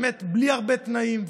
באמת בלי הרבה תנאים.